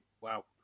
wow